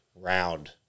round